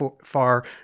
far